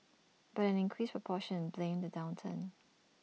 but an increasing proportion blamed the downturn